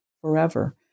forever